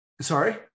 Sorry